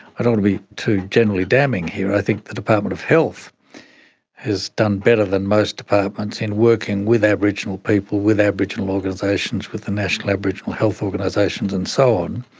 i don't want to be too generally damning here. i think the department of health has done better than most departments in working with aboriginal people, with aboriginal organisations, with the national aboriginal health organisations and so on.